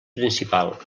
principal